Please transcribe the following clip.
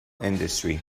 industry